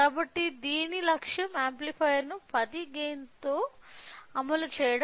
కాబట్టి దీని లక్ష్యం యాంప్లిఫైయర్ను 10 గైన్ తో అమలు చేయడం